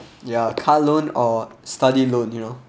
ya car loan or study loan you know